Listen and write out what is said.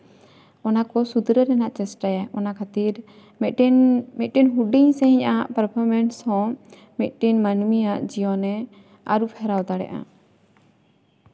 ᱚᱱᱟ ᱠᱚ ᱥᱩᱫᱷᱨᱟᱹᱣ ᱨᱮᱱᱟᱜ ᱮ ᱪᱮᱥᱴᱟᱭᱟ ᱚᱱᱟ ᱠᱷᱟᱹᱛᱤᱨ ᱢᱤᱫᱴᱤᱱ ᱢᱤᱡᱴᱤᱱ ᱦᱩᱰᱤᱧ ᱥᱟᱺᱦᱤᱡ ᱟᱜ ᱯᱟᱨᱯᱷᱚᱨᱢᱮᱱᱥ ᱦᱚᱸ ᱢᱤᱫᱴᱤᱱ ᱢᱟᱹᱱᱢᱤᱭᱟᱜ ᱡᱤᱭᱚᱱᱮ ᱟᱹᱨᱩᱯᱷᱮᱨᱟᱣ ᱫᱟᱲᱮᱭᱟᱜᱼᱟ